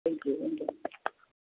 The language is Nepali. थ्याङ्क यू हुन्छ हुन्छ